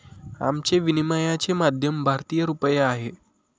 आमचे विनिमयाचे माध्यम भारतीय रुपया आहे